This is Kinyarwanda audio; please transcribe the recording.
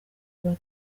nguni